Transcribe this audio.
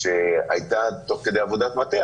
שהייתה תוך כדי עבודת מטה,